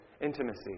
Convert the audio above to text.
intimacy